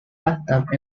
bathtub